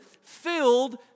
filled